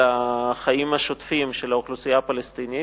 החיים השוטפים של האוכלוסייה הפלסטינית,